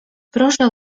proszę